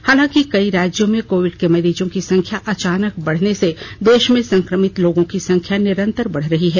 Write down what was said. हालांकि कई राज्यों में कोविड के मरीजों की संख्या अचानक बढने से देश में संक्रमित लोगों की संख्या निरन्तर बढ रही है